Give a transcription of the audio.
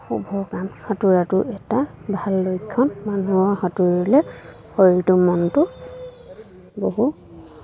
শুভ কাম সাঁতোৰাটো এটা ভাল লক্ষণ মানুহৰ সাঁতুৰিলে শৰীৰটো মনটো বহু